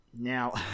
now